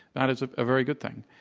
that is a very good thing.